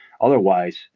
otherwise